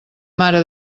mare